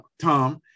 Tom